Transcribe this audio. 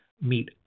meet